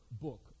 book